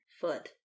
foot